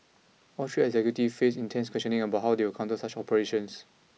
all three executives faced intense questioning about how they will counter such operations